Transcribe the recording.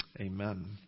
Amen